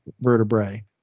vertebrae